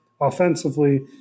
offensively